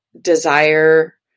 desire